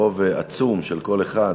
ברוב עצום של קול אחד,